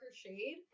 shade